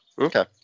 Okay